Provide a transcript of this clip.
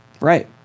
Right